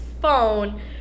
phone